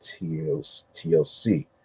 TLC